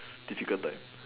difficult time